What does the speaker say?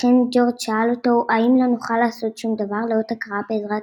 לכן ג'ורג' שאל אותו "האם לא נוכל לעשות שום דבר לאות הכרה בעזרה